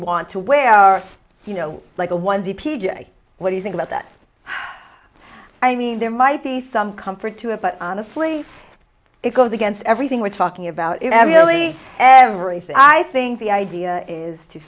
want to wear you know like the one the p g a what do you think about that i mean there might be some comfort to it but honestly it goes against everything we're talking about really everything i think the idea is to